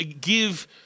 give